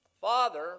Father